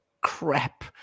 crap